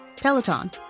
Peloton